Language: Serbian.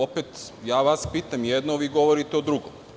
Opet vas pitam jedno vi govorite drugo.